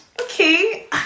okay